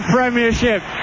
Premiership